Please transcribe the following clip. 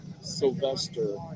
Sylvester